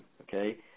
Okay